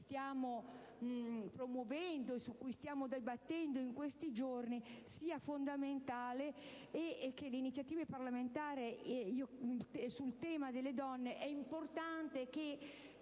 stiamo promuovendo e su cui stiamo dibattendo in questi giorni ed è importante che le iniziative parlamentari sul tema delle donne siano